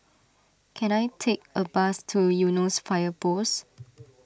can I take a bus to Eunos Fire Post